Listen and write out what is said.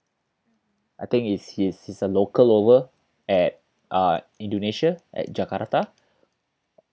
I think he's he's he's a local over at uh indonesia at jakarta